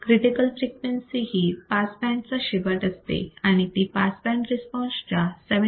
critical frequency ही pass बँडचा शेवट असते आणि ती पास बंड रिस्पॉन्स च्या 70